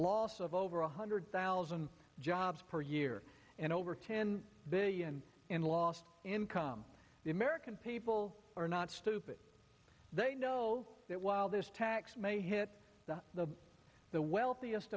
loss of over one hundred thousand jobs per year and over ten billion in lost income the american people are not stupid they know that while this tax may hit the the the wealthiest